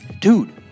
Dude